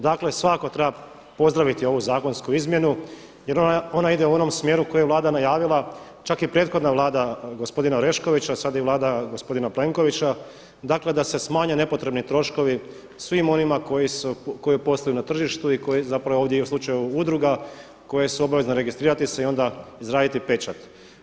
Dakle svakako treba pozdraviti ovu zakonsku izmjenu jer ona ide u onom smjeru koji je Vlada najavila, čak i prethodna vlada gospodina Oreškovića, sada je Vlada gospodina Plenkovića da se smanje nepotrebni troškovi svima onima koji posluju na tržištu i u slučaju udruga koje su obavezne registrirati se i onda izraditi pečat.